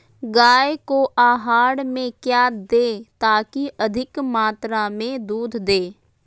गाय को आहार में क्या दे ताकि अधिक मात्रा मे दूध दे?